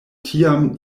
tiam